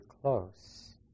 close